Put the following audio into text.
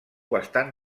bastant